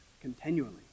continually